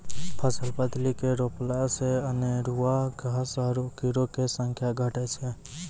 फसल बदली के रोपला से अनेरूआ घास आरु कीड़ो के संख्या घटै छै